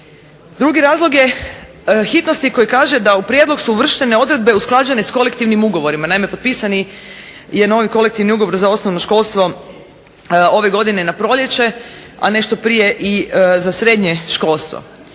drugi razlog je hitnosti koji kaže da u prijedlog su uvrštene odredbe usklađene sa kolektivnim ugovorima. Naime, potpisani je novi kolektivni ugovor za osnovno školstvo ove godine na proljeće, a nešto prije i za srednje školstvo.